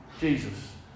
Jesus